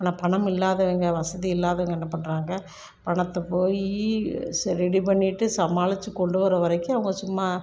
ஆனால் பணமில்லாதவங்க வசதி இல்லாதவங்க என்ன பண்ணுறாங்க பணத்தை போய் செ ரெடி பண்ணிவிட்டு சமாளித்து கொண்டு வர்ற வரைக்கும் அவங்க சும்மா